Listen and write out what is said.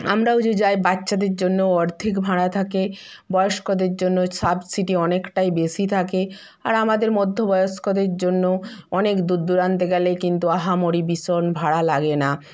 আমরাও যে যাই বাচ্চাদের জন্য অর্ধেক ভাড়া থাকে বয়স্কদের জন্য সাবসিটি অনেকটাই বেশি থাকে আর আমাদের মধ্য বয়স্কদের জন্য অনেক দূর দূরান্তে গেলে কিন্ত আহামরি ভীষণ ভাড়া লাগে না